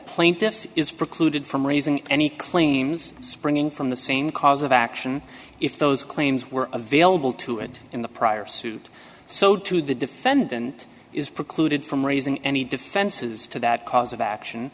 plaintiff is precluded from raising any claims springing from the same cause of action if those claims were available to it in the prior suit so to the defendant is precluded from raising any defenses to that cause of action